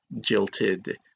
jilted